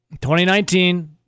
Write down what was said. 2019